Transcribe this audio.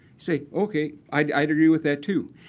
say, ok, i'd i'd agree with that, too.